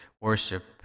worship